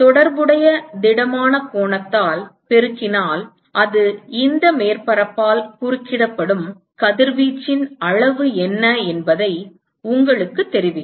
தொடர்புடைய திடமான கோணத்தால் பெருக்கினால் அது இந்த மேற்பரப்பால் குறுக்கிடப்படும் கதிர்வீச்சின் அளவு என்ன என்பதை உங்களுக்குத் தெரிவிக்கும்